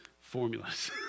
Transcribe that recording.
formulas